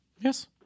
Yes